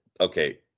okay